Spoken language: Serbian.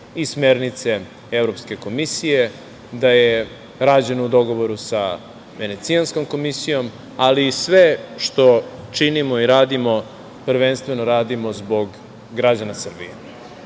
i smernice Evropske komisije, da je rađen u dogovoru sa Venecijanskom komisijom, ali sve što činimo i radimo prvenstveno radimo zbog građana Srbije. Dame